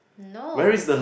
no